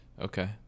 Okay